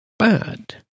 Bad